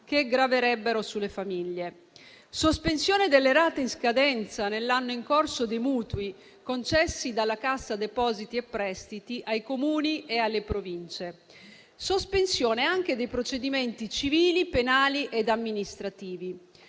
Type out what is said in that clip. che graverebbero sulle famiglie; sospensione delle rate in scadenza nell'anno in corso dei mutui concessi da Cassa depositi e prestiti ai Comuni e alle Province; sospensione anche dei procedimenti civili, penali e amministrativi;